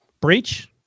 breach